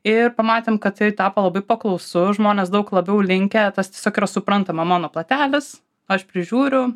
ir pamatėm kad tai tapo labai paklausus žmonės daug labiau linkę tas tiesiog yra suprantama mano plotelis aš prižiūriu